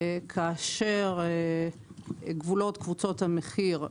כאשר גבולות קבוצות המחיר,